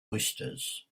oysters